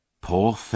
poor